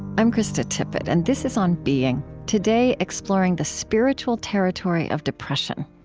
i'm krista tippett, and this is on being. today, exploring the spiritual territory of depression.